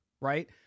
Right